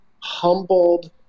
humbled